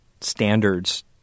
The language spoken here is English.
standards